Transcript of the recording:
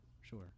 sure